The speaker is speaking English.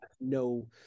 no